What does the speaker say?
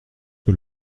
que